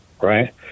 right